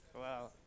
Wow